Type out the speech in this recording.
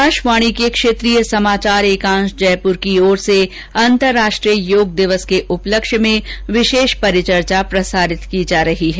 आकाषवाणी के क्षेत्रीय समाचार एकांष जयपुर की ओर से अंतरराष्ट्रीय योग दिवस के उपलक्ष्य में विशेष परिचर्चा प्रसारित की जा रही है